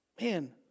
Man